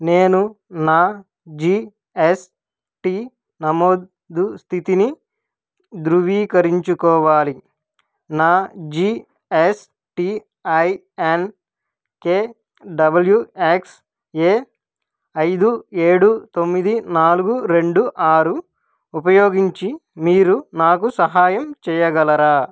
నేను నా G S T నమోదు స్థితిని ధృవీకరించుకోవాలి నా G S T I N K W X A ఐదు ఏడు తొమ్మిది నాలుగు రెండు ఆరు ఉపయోగించి మీరు నాకు సహాయం చేయగలరా